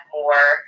more